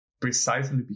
precisely